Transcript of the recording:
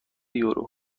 یورو